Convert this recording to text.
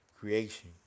creation